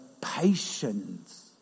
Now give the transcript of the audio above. patience